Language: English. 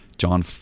John